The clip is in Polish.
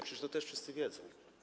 Przecież to też wszyscy wiedzą.